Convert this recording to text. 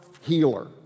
healer